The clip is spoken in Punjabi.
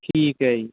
ਠੀਕ ਹੈ ਜੀ